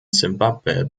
simbabwe